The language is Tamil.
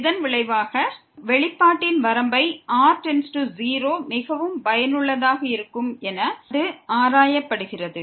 இதன் விளைவாக வரும் வெளிப்பாட்டின் லிமிட் r→0 மிகவும் பயனுள்ளதாக இருக்கும் என ஆராயப்படுகிறது